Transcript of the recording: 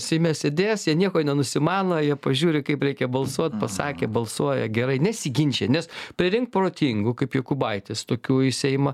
seime sėdės jie nieko nenusimano jie pažiūri kaip reikia balsuot pasakė balsuoja gerai nesiginčija nes prirink protingų kaip jokubaitis tokių į seimą